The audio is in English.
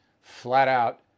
flat-out